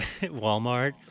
Walmart